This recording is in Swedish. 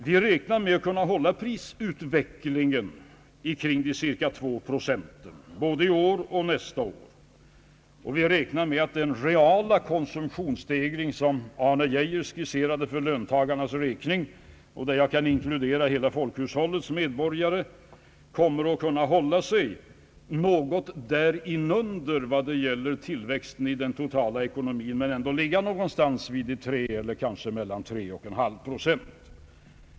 Vi räknar med att kunna hålla prisutvecklingen kring en ökning med cirka 2 procent både i år och nästa år. Vi räknar med att den reala konsumtionsstegring som Arne Geijer skisserade för löntagarnas räkning — och där jag kan inkludera hela folkhushållets medborgare — kommer att kunna hålla sig något under siffran för tillväxten i den totala ekonomin men ändå ligga någonstans vid 3 eller kanske mellan 3 och 3,5 procent.